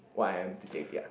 what I am today ya